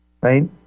right